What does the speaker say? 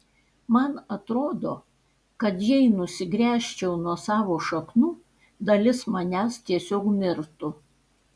man atrodo kad jei nusigręžčiau nuo savo šaknų dalis manęs tiesiog mirtų